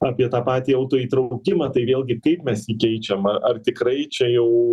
apie tą patį autoįtraukimą tai vėlgi kaip mes jį keičiam ar tikrai čia jau